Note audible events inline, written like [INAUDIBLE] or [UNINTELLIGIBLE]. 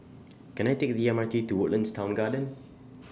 [UNINTELLIGIBLE] [NOISE] [UNINTELLIGIBLE] Can I Take The MRT to Woodlands Town Garden